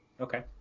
Okay